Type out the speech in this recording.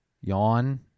yawn